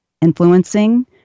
influencing